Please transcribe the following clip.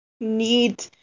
need